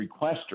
requester